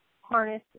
harness